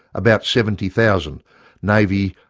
about seventy thousand navy,